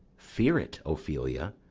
fear it, ophelia,